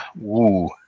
woo